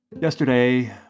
yesterday